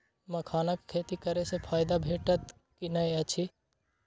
मखानक खेती करे स फायदा भेटत की नै अछि?